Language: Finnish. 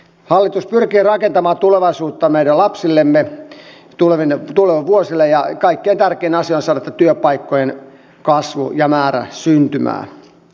hallitus pyrkii rakentamaan tulevaisuutta meidän lapsillemme tuleville vuosille ja kaikkein tärkein asia on saada tämä työpaikkojen kasvu ja määrä syntymään